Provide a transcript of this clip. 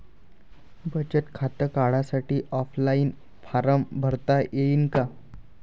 बचत खातं काढासाठी ऑफलाईन फारम भरता येईन का?